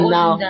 now